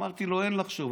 אמרתי לו: אין לחשוב.